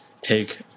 take